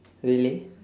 really